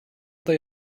they